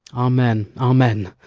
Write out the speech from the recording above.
amen, amen!